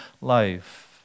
life